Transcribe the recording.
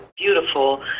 beautiful